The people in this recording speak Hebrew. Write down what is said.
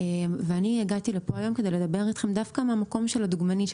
ואני הגעתי לפעמים כדי לדבר אתכם דווקא מהמקום של הדוגמנית,